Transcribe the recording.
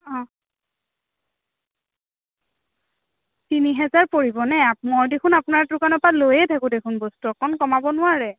অঁ তিনিহেজাৰ পৰিব নে আপ মই দেখোন আপোনাৰ দোকানৰ পৰা লৈয়েই থাকোঁ দেখোন বস্তু অকণ কমাব নোৱাৰে